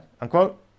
unquote